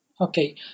Okay